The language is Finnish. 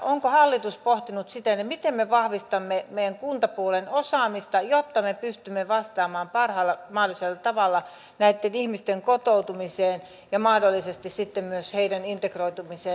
onko hallitus pohtinut sitä miten me tässä tilanteessa vahvistamme meidän kuntapuolen osaamista jotta me pystymme vastaamaan parhaalla mahdollisella tavalla näitten ihmisen kotoutumiseen ja mahdollisesti sitten myös heidän integroitumiseensa yhteiskuntaan